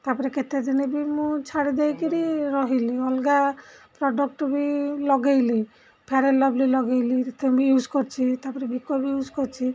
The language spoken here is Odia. ତା'ପରେ କେତେ ଦିନେ ବି ମୁଁ ଛାଡ଼ି ଦେଇକରି ରହିଲି ଅଲଗା ପ୍ରଡ଼କ୍ଟ୍ ବି ଲଗାଇଲି ଫେଆର୍ ଆଣ୍ଡ୍ ଲଭ୍ଲି ଲଗେଇଲି ତମେ ବି ୟୁଜ୍ କରୁଛି ତା'ପରେ ଭିକୋ ବି ୟୁଜ୍ କରିଛି